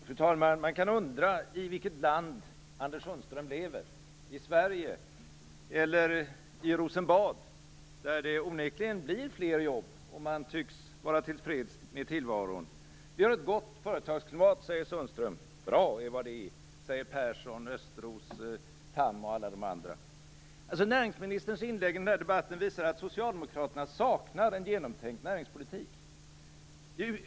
Fru talman! Man kan undra i vilket land Anders Sundström lever - i Sverige eller i Rosenbad, där det onekligen blir fler jobb, och man tycks vara till freds med tillvaron. Vi har ett gott företagsklimat, säger Sundström. Bra är vad det är, säger Persson, Östros, Tham och alla de andra. Näringsministerns inlägg i den här debatten visar att Socialdemokraterna saknar en genomtänkt näringspolitik.